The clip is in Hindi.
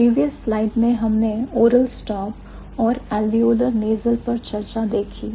प्रीवियस स्लाइड में हमने oral stop और alveolar nasal पर चर्चा देखी